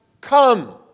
come